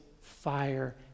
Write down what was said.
fire